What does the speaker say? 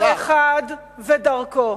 ודרכו.